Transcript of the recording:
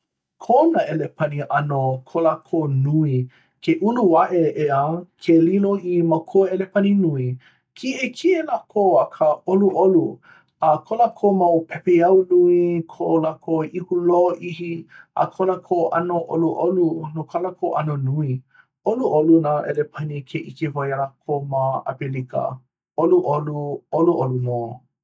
kō nā ʻelepani ʻano no ko lākou nui ke ulu aʻe, ʻeā, ke lilo i makua ʻelepani nui kiʻekiʻe lākou akā ʻoluʻolu a ko lākou mau pepeiao nui, ko lākou ihu lōʻihi a ko lākou ʻano ʻoluʻolu no kō lākou ʻano nui ʻoluʻolu nā ʻelepani ke ʻike wau iā lākou ma ʻApelika. ʻOluʻolu, ʻoluʻolu nō